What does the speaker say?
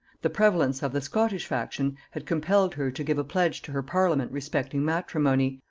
the prevalence of the scottish faction had compelled her to give a pledge to her parliament respecting matrimony,